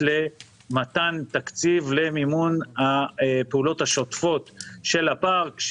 למתן תקציב למימון הפעולות השוטפות של הפארק,